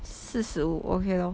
四十五 okay lor